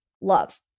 love